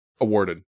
awarded